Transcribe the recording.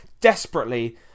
desperately